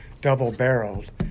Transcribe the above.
double-barreled